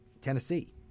Tennessee